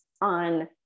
on